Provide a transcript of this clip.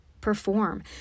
perform